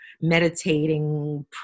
meditating